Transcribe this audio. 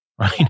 right